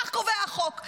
כך קובע החוק.